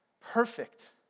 Perfect